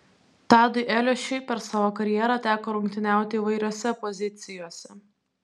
tadui eliošiui per savo karjerą teko rungtyniauti įvairiose pozicijose